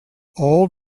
old